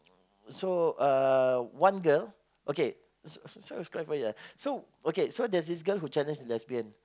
so uh one girl okay so the story is quite funny ah so okay so there's this girl who challenged the lesbian